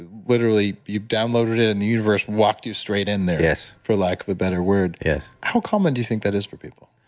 literally, you downloaded it and the universe walked you straight in there, for lack of a better word yes how common do you think that is for people?